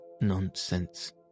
nonsense